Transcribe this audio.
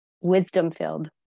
wisdom-filled